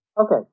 Okay